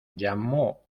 llamó